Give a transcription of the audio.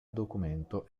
documento